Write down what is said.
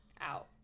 Out